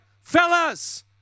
fellas